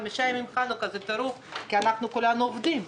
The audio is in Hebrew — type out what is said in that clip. חמישה ימים בחנוכה זה טירוף כי אנחנו כולנו עובדים.